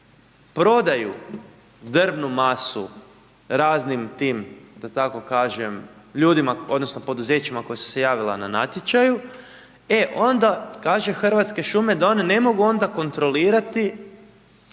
prodaju drvnu masu raznim tim da tako kažem ljudima odnosno poduzećima koja su se javila na natječaju. E onda kaže Hrvatske šume da one ne mogu onda kontrolirati